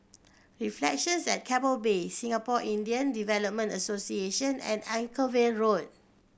Reflections at Keppel Bay Singapore Indian Development Association and Anchorvale Road